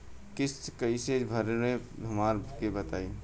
किस्त कइसे भरेम हमरा के बताई?